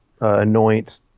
anoint